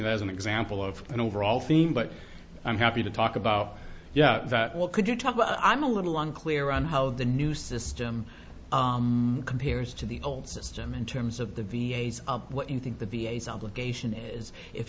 it as an example of an overall theme but i'm happy to talk about yeah that will could you talk about i'm a little unclear on how the new system compares to the old system in terms of the v a s what you think the v a s obligation is if